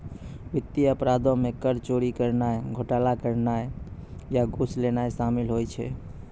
वित्तीय अपराधो मे कर चोरी करनाय, घोटाला करनाय या घूस लेनाय शामिल होय छै